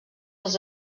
els